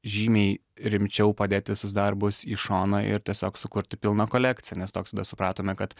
žymiai rimčiau padėt visus darbus į šoną ir tiesiog sukurti pilną kolekciją nes toks tada supratome kad